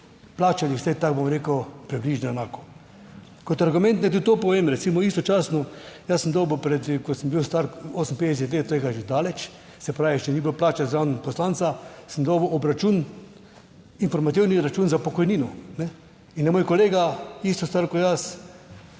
plačali, vsaj tako bom rekel, približno enako. Kot argument naj tudi to povem, recimo istočasno, jaz sem dobil pred, ko sem bil star 58 let, tega že daleč, se pravi, še ni bilo plače zraven poslanca, sem dobil obračun, informativni račun za pokojnino, kajne, in je moj kolega isto star kot jaz,